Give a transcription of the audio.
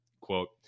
Quote